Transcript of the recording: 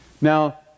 Now